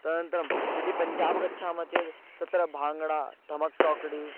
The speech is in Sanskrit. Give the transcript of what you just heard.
तदनन्तरं यदि पञ्जाब् गच्छामः चेत् तत्र भाङ्गडा धमक् चोकडि